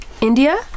India